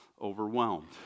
overwhelmed